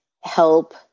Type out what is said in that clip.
help